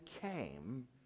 came